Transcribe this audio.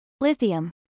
Lithium